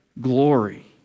glory